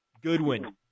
Goodwin